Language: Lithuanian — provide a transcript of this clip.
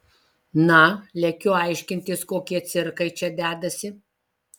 na lekiu aiškintis kokie cirkai čia dedasi